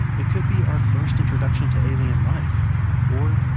it could be our first introduction to alien life or,